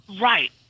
Right